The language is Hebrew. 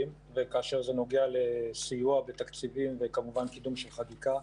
וכאשר זה נוגע לסיוע בתקציבים וכמובן קידום של חקיקה,